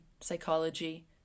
psychology